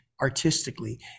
artistically